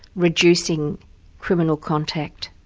reducing criminal contact,